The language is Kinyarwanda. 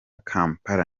kampala